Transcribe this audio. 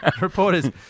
reporters